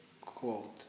quote